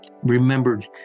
Remembered